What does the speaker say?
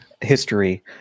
history